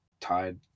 tied